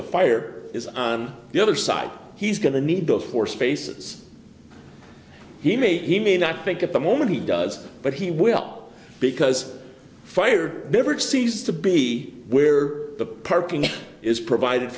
the fire is on the other side he's going to need those four spaces he may he may not think at the moment he does but he will because fire never seems to be where the parking is provided